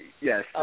Yes